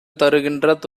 தருகின்ற